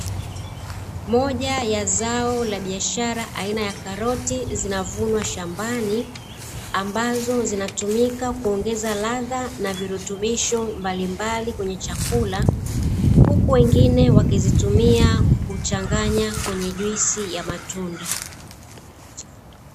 Moja ya zao la biashara aina ya karoti zinavunwa shambani ambazo zinatumika kuongeza ladha na virutubisho mbalimbali kwenye chakula, huku wengine wakizitumia kuchanganya kwenye juisi ya matunda.